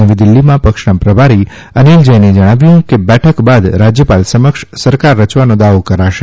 નવીદિલ્ઠીમાં પક્ષના પ્રભારી અનિલ જૈને જણાવ્યું કે બેઠક બાદ રાજ્યપાલ સમક્ષ સરકાર રચવાનો દાવો કરાશે